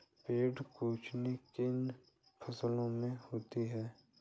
पर्ण कुंचन किन फसलों में होता है?